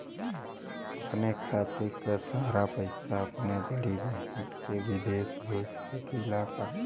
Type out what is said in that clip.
अपने खाते क सारा पैसा अपने बड़ी बहिन के विदेश भेज सकीला का?